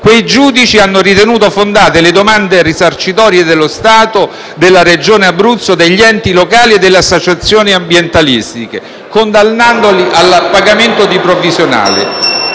Quei giudici hanno ritenuto fondate le domande risarcitorie dello Stato, della Regione Abruzzo, degli enti locali e delle associazioni ambientalistiche, condannandoli al pagamento di provvisionali.